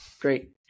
Great